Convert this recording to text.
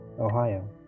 Ohio